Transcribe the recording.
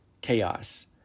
chaos